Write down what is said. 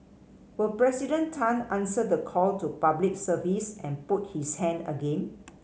will President Tan answer the call to Public Service and put his hand again